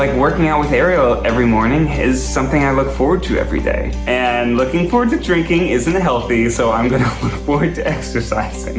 like working out with ariel every morning is something i look forward to every day. and looking forward to drinking isn't healthy so i'm going to look forward to exercising.